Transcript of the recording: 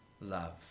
love